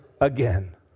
again